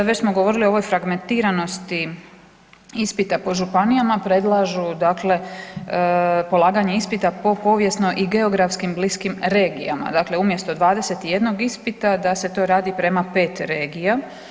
Već smo govorili o ovoj fragmentiranosti ispita po županijama, predlažu polaganje ispita po povijesno i geografskim bliskim regijama, dakle umjesto 21 ispita da se to radi prema pet regija.